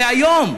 והיום,